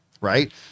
right